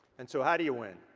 and so how do you win?